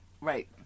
Right